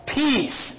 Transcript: peace